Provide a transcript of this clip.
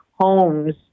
homes